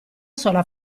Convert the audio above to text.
sola